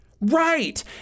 right